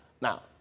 Now